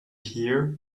hear